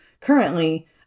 currently